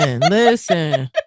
listen